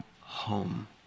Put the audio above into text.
home